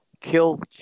kill